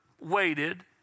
waited